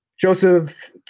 Joseph